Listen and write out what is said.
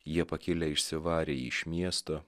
jie pakilę išsivarė jį iš miesto